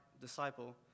disciple